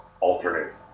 alternate